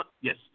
Yes